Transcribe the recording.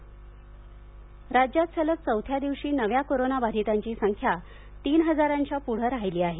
corona आकडेवारी राज्यात सलग चौथ्या दिवशी नव्या कोरोना बाधितांची संख्या तीन हजारच्या पुढं राहिली आहे